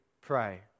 pray